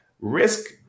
risk